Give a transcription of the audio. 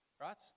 right